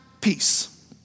peace